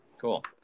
Cool